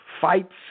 fights